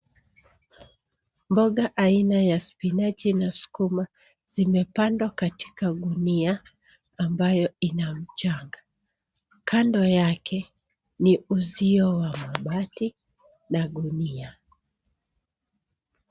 Mboga aina ya spinachi na sukuma zimepandwa katika gunia ambayo ina mchanga. Kando yake ni uzio wa mabati na gunia.